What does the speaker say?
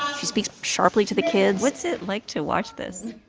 um she speaks sharply to the kids what's it like to watch this?